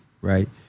Right